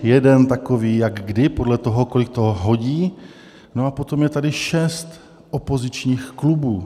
Jeden takový, jak kdy, podle toho, kolik to hodí, no a potom je tady šest opozičních klubů.